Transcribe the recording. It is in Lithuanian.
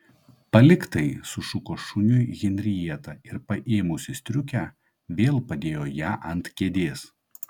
palik tai sušuko šuniui henrieta ir paėmusi striukę vėl padėjo ją ant kėdės